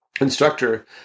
Instructor